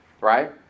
Right